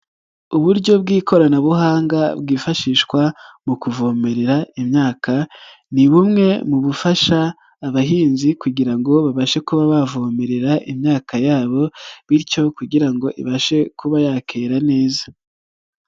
Uburyo bw'ikoranabuhanga bwifashishwa mu kuvomerera imyaka, ni bumwe mu bufasha abahinzi kugira ngo babashe kuba bavomerera imyaka yabo, bityo kugira ngo ibashe kuba yakera neza.